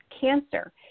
cancer